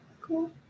Cool